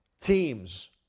teams